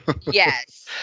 yes